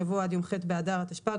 יבוא "עד יום ח' באדר התשפ"ג,